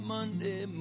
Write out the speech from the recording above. Monday